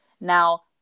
Now